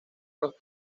los